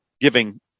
giving